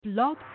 Blog